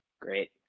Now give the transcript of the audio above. Great